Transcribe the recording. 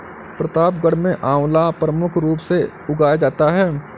प्रतापगढ़ में आंवला प्रमुख रूप से उगाया जाता है